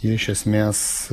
jie iš esmės